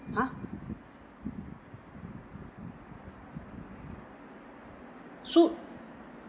uh so